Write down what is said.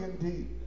indeed